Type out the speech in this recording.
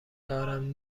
دارم